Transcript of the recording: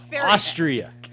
Austria